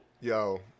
Yo